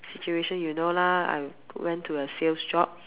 situation you know lah I went to a sales job